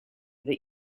that